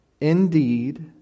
indeed